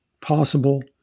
possible